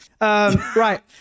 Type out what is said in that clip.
Right